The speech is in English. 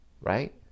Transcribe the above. right